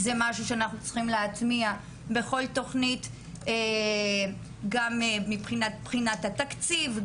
זה משהו שאנחנו צריכים להטמיע בכל תוכנית גם מבחינת התקציב,